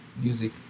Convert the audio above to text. music